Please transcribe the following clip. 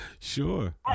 Sure